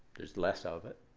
there's less of it